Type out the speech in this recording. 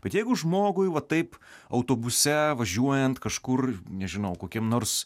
bet jeigu žmogui va taip autobuse važiuojant kažkur nežinau kokiam nors